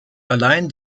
allein